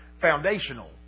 foundational